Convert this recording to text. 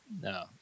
no